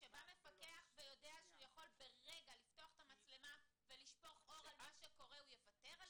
שבא מפקח ויודע שבשנייה הוא פותח מצלמה ושופך אור אז הוא יוותר על זה?